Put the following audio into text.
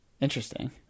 Interesting